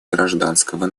гражданского